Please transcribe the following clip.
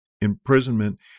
imprisonment